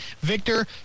Victor